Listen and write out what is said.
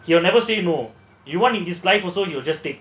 you will never say no you want in life also you will just take